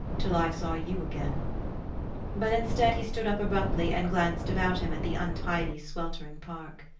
till i saw you again but instead he stood up abruptly and glanced about him at the untidy sweltering park.